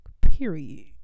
Period